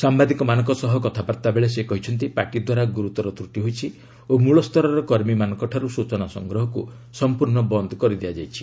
ସାମ୍ଭାଦିକମାନଙ୍କ ସହ କଥାବାର୍ତ୍ତା ବେଳେ ସେ କହିଛନ୍ତି ପାର୍ଟି ଦ୍ୱାରା ଗୁରୁତର ତ୍ରଟି ହୋଇଛି ଓ ମୂଳସ୍ତରର କର୍ମୀମାନଙ୍କଠାରୁ ସୂଚନା ସଂଗ୍ରହକୁ ସଂପୂର୍ଣ୍ଣ ବନ୍ଦ କରିଦିଆଯାଇଛି